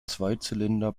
zweizylinder